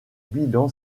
bilan